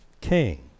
king